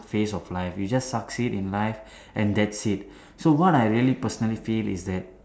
phase of life you just succeed in life and thats it so what I really personally feel is that